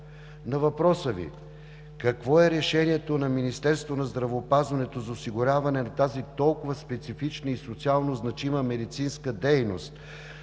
На въпроса Ви какво е решението на Министерството на здравеопазването за осигуряване на тази толкова специфична и социално значима медицинска дейност